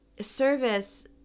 service